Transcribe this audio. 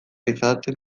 izaten